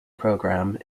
program